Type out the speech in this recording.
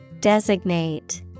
Designate